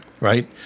Right